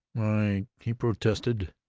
why, he protested,